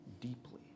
deeply